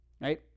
right